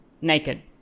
naked